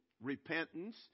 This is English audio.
repentance